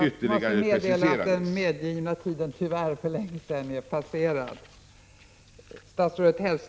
Jag får meddela att den medgivna tiden tyvärr för länge sedan överskridits.